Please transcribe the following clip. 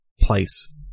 place